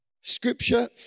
Scripture